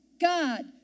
God